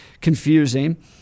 confusing